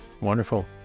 Wonderful